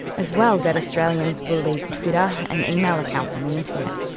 as well, dead australians will leave twitter and email accounts on the internet.